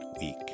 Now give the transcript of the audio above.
week